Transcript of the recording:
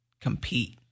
compete